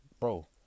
Bro